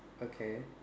okay